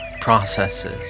processes